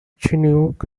chinook